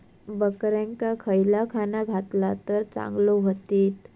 बकऱ्यांका खयला खाणा घातला तर चांगल्यो व्हतील?